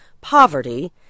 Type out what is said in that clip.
poverty